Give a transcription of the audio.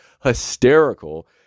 hysterical